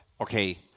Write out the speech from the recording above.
Okay